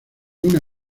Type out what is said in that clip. una